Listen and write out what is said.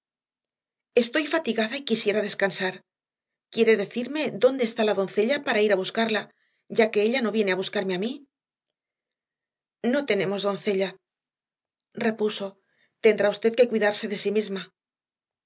stoy fatigada y quisiera descansar q uieredecirmedóndeestá la doncella para ira buscarla ya queella no vienea buscarmea mí n o tenemos doncella repuso tendrá usted que cuidarse a sí misma